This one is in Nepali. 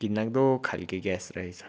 घिनलाग्दो खालको ग्यास रहेछ